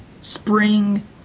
spring